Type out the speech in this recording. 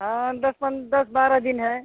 हाँ दस पन दस बारह दिन हैं